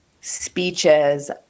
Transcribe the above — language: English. speeches